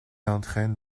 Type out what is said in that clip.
entraîne